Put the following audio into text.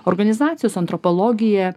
organizacijos antropologija